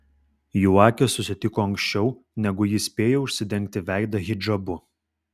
jų akys susitiko anksčiau negu ji spėjo užsidengti veidą hidžabu